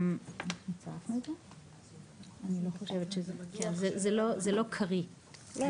זה לא קריא,